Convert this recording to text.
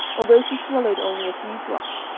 although she swallowed only a few drops,